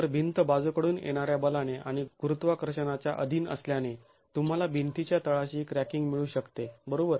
तर भिंत बाजूकडून येणाऱ्या बलाने आणि गुरुत्वाकर्षणाच्या अधीन असल्याने तुम्हाला भिंतीच्या तळाशी क्रॅकिंग मिळू शकते बरोबर